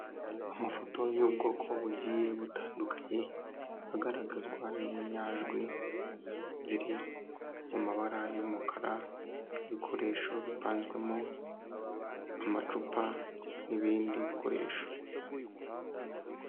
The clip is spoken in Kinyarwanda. Amafoto y'ubwoko bugiye butandukanye agaragazwa n'inyajwi ziri m'amabara y'umukara n' ibikoresho bipanzwemo amacupa n'ibindi bikoresho.